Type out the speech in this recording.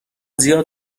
زیاد